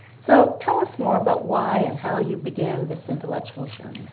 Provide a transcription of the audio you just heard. so tell us more about why and how you began this intellectual journey.